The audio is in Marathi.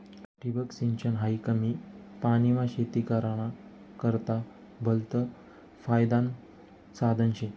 ठिबक सिंचन हायी कमी पानीमा शेती कराना करता भलतं फायदानं साधन शे